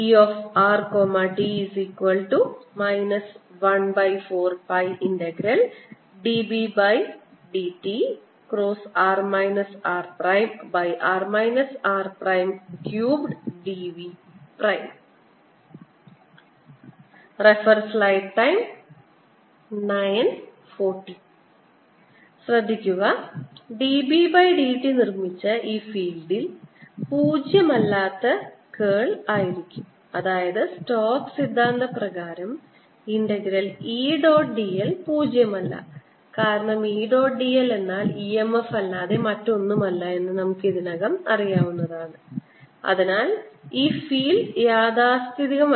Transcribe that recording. rt 14πBr∂t×r rr r3dV ശ്രദ്ധിക്കുക dB by dt നിർമ്മിച്ച ഈ ഫീൽഡിൽ പൂജ്യം അല്ലാത്ത കേൾ ആയിരിക്കും അതായത് സ്റ്റോക്സ് സിദ്ധാന്തപ്രകാരം ഇന്റഗ്രൽ E ഡോട്ട് dl 0 അല്ല കാരണം E ഡോട്ട് dl എന്നാൽ EMF അല്ലാതെ മറ്റൊന്നുമല്ല എന്ന് നമുക്ക് ഇതിനകം അറിയാവുന്നതാണ് അതിനാൽ ഈ ഫീൽഡ് യാഥാസ്ഥിതികമല്ല